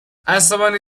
عصبانی